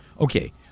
Okay